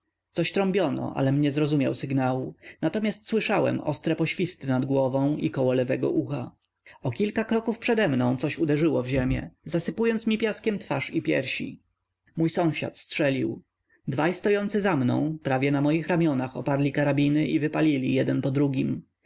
trąbiono alem nie zrozumiał sygnału natomiast słyszałem ostre poświsty nad głową i koło lewego ucha o kilka kroków przede mną coś uderzyło w ziemię zasypując mi piaskiem twarz i piersi mój sąsiad strzelił dwaj stojący za mną prawie na moich ramionach oparli karabiny i wypalili jeden po drugim